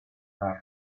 para